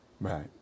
Right